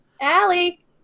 Allie